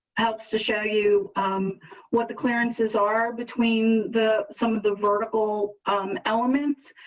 helps to show you what the clearances are between the some of the vertical um elements.